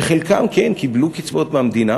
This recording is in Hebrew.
שחלקם, כן, קיבלו קצבאות מהמדינה.